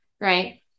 right